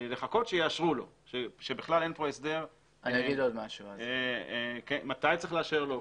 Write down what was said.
לחכות שיאשרו לו כשבכלל אין כאן הסדר מתי צריך לאשר לו,